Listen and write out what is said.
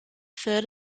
third